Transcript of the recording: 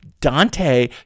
dante